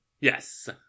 Yes